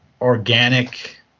organic